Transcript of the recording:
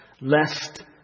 Lest